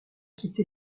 quitté